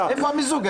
איפה המיזוג?